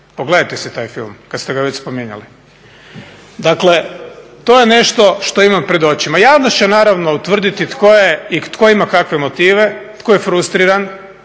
Pogledajte si taj film, kad ste ga već spominjali. Dakle, to je nešto što imam pred očima. Javnost će naravno utvrditi tko ima kakve motive, tko je frustriran,